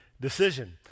decision